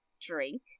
drink